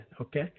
Okay